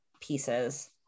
pieces